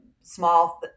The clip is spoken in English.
small